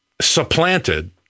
supplanted